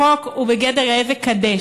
החוק הוא בגדר "כזה ראה וקדש".